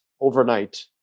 overnight